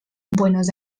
buenos